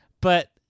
But-